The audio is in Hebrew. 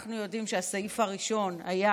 כשאנחנו יודעים שהסעיף הראשון היה